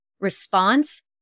response